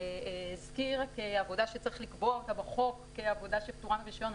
הזכיר כעבודה שצריך לקבוע אותה בחוק כעבודה שפטורה מרישיון,